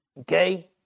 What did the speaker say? Okay